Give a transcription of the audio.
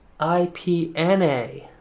IPNA